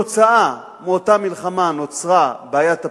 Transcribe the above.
עקב אותה מלחמה נוצרה בעיית הפליטים,